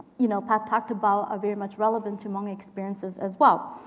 you know pap talked about are very much relevant to hmong experiences as well.